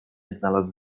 znalazł